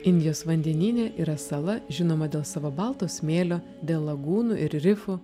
indijos vandenyne yra sala žinoma dėl savo balto smėlio dėl lagūnų ir rifų